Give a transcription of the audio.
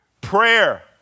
Prayer